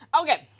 Okay